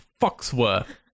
Foxworth